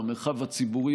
במרחב הציבורי,